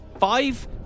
Five